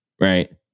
Right